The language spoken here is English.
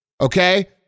okay